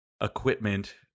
equipment